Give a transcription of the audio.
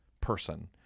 person